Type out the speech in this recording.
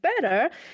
better